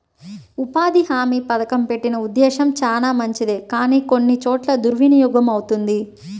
ఉపాధి హామీ పథకం పెట్టిన ఉద్దేశం చానా మంచిదే కానీ కొన్ని చోట్ల దుర్వినియోగమవుతుంది